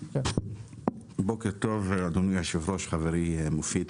בוקר טוב, אדוני היושב-ראש, חברי מופיד,